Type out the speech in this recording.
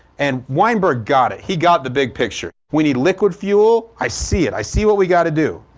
and weinberg got it, he got the big picture. we need liquid fuel. i see it. i see what we gotta do.